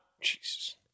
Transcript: Jesus